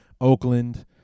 Oakland